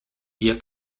wir